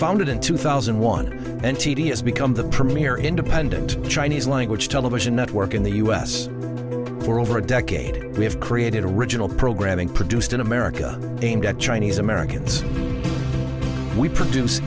founded in two thousand and one and tedious become the premier independent chinese language television network in the us for over a decade we have created a regional programming produced in america aimed at chinese americans we produce